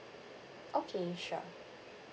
okay sure